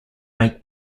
make